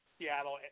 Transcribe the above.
Seattle